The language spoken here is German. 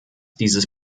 dieses